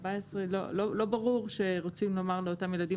14. לא ברור שרוצים לומר לאותם ילדים,